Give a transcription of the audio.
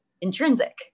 intrinsic